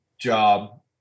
job